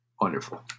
Wonderful